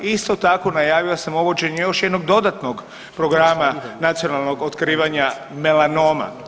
Isto tako najavio sam uvođenje još jedno dodatnog programa nacionalnog otkrivanja melanoma.